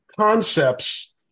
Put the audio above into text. concepts